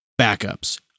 Backups